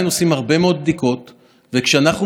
אנחנו עדיין נמצאים בעיצומו של משבר בריאותי וכלכלי לא